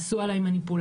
עשו עלי מניפולציות,